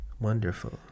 Wonderful